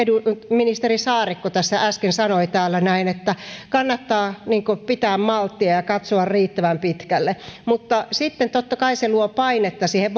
ministeri saarikko tässä äsken sanoi täällä näin että kannattaa pitää malttia ja katsoa riittävän pitkälle mutta sitten totta kai se luo painetta siihen